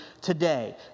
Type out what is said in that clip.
today